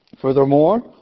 Furthermore